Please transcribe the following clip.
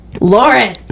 Lauren